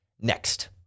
next